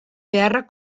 beharrak